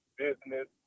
business